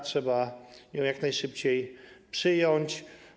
Trzeba ją jak najszybciej przyjąć.